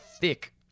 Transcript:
thick